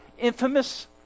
Infamous